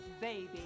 Baby